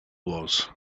was